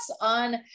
on